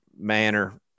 manner